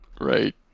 Right